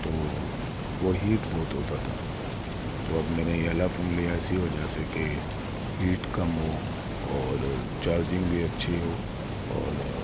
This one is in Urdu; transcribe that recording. تو وہ ہیٹ بہت ہوتا تھا تو اب میں نے یہ والا فون لیا ہے اسی وجہ سے کہ ہیٹ کم ہو اور چارجنگ بھی اچھی ہو اور